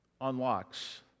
unlocks